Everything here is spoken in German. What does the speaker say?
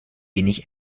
wenig